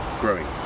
growing